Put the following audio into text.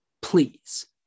please